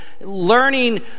learning